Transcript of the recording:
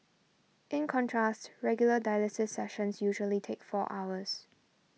in contrast regular dialysis sessions usually take four hours